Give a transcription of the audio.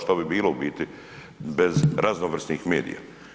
Šta bi bilo u biti bez raznovrsnih medija?